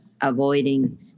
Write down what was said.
avoiding